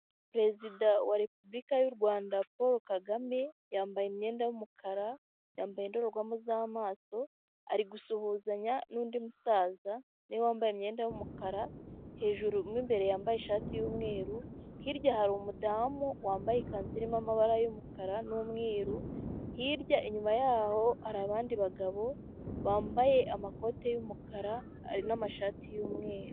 Perezida wa repubulika y'u Rwanda Paul Kagame yambaye imyenda y'umukara, yambaye indorerwamo z'amaso, ari gusuhuzanya n'undi musaza nawe wambaye imyenda y'umukara hejuru, mo imbere yambaye ishati y'umweru, hirya hari umudamu wambaye ikanzu irimo amabara y'umukara n'umweru, hirya inyuma yaho hari abandi bagabo bambaye amakoti y'umukara n'amashati y'umweru.